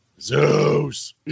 Zeus